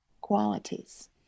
qualities